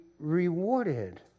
rewarded